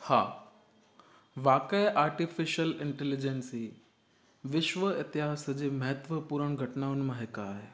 हा वाक़ई artificial intelligence विश्व इतिहास जे महत्वपूर्ण घटिनाउनि मां हिकु आहे